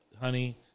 honey